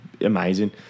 Amazing